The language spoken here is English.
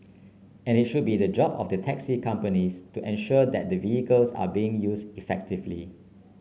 and it should be the job of the taxi companies to ensure that the vehicles are being used effectively